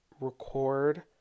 record